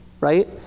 right